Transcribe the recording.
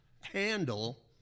handle